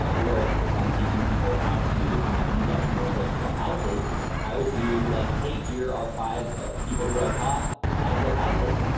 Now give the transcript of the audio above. um or if if i'm teaching people how to you know invest in real estate and flip houses, i would do, like, hey, here are five ah people who i taught how to flip houses.